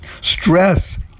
Stress